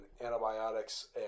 antibiotics